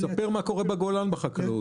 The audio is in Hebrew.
תספר מה קורה בגולן בחקלאות,